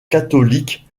catholiques